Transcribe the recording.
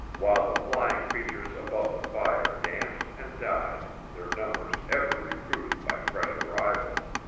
while the flying creatures above the fire danced and died, their numbers ever recruited by fresh arrivals.